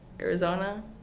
Arizona